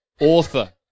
Author